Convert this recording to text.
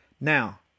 Now